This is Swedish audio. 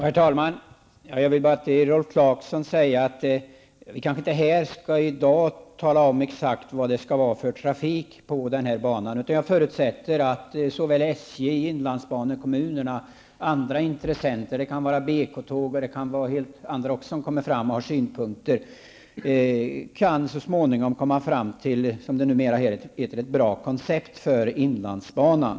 Herr talman! Jag vill bara till Rolf Clarkson säga att vi kanske inte här i dag exakt skall ange vad det skall vara för trafik på den här banan. Jag förutsätter att såväl SJ och inlandsbanekommunerna som andra intressenter -- BK Tåg och kanske också andra -- kommer att framföra synpunkter och så småningom kan komma fram till ett bra koncept för inlandsbanan.